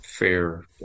fair